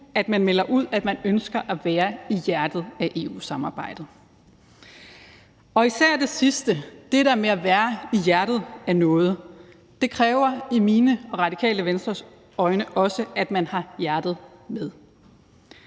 at man melder ud, at man ønsker at være i hjertet af EU-samarbejdet. Især det sidste, altså det der med at være i hjertet af noget, kræver i mine og i Radikale Venstres øjne også, at man har hjertet med.